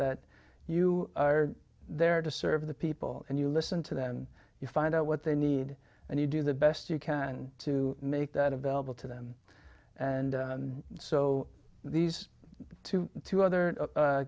that you are there to serve the people and you listen to them and you find out what they need and you do the best you can to make that available to them and so these two other